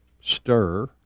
Stir